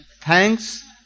Thanks